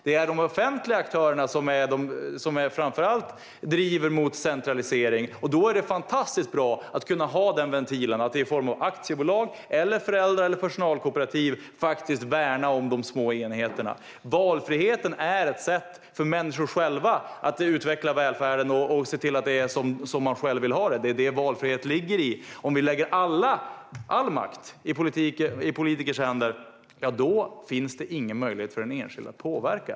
Det är de offentliga aktörerna som framför allt driver mot centralisering. Då är det fantastiskt bra att kunna ha denna ventil, det vill säga att aktiebolag eller föräldra eller personalkooperativ faktiskt värnar om de små enheterna. Valfriheten är ett sätt för människor att själva utveckla välfärden och se till att den är som de själva vill ha den. Det är det som valfrihet handlar om. Om vi lägger all makt i politikers händer finns det ingen möjlighet för den enskilde att påverka.